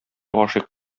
гашыйк